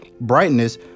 brightness